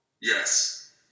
Yes